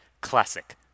classic